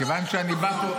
אני פשוט לא הולכת למכון.